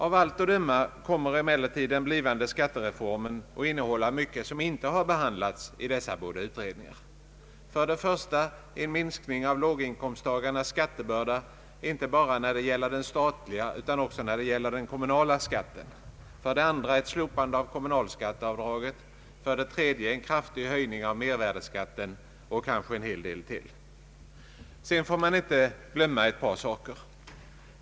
Av allt att döma kommer emel lertid den blivande skattereformen att innehålla mycket som inte har behandlats av dessa båda utredningar: för det första en minskning av låginkomsttagarnas skattebörda inte bara när det gäller den statliga utan också när det gäller den kommunala skatten, för det andra ett slopande av kommunalskatteavdraget, och för det tredje en kraftig höjning av mervärdeskatten och kanske åtskilligt annat. Sedan får man inte glömma ett par saker.